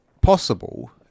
possible